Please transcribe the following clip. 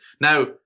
Now